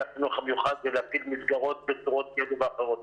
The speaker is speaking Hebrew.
החינוך המיוחד ולהפעיל מסגרות בצורות כאלו ואחרות.